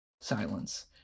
Silence